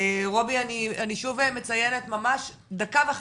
רובי אני שוב מציינת ממש דקה וחצי.